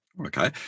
Okay